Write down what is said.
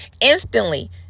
Instantly